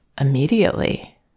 immediately